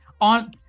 on